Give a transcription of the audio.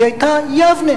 יבנה היתה יבנה,